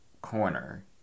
Corner